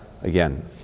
Again